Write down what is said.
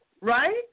right